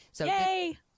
Yay